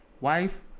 wife